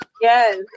Yes